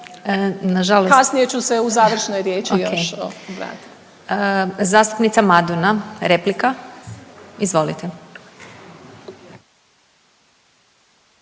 Kasnije ću se u završnoj riječi još …/... Okej. Zastupnica Maduna, replika, izvolite.